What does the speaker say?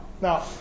Now